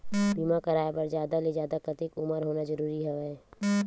बीमा कराय बर जादा ले जादा कतेक उमर होना जरूरी हवय?